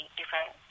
different